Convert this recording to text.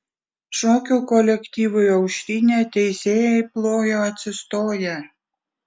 šokių kolektyvui aušrinė teisėjai plojo atsistoję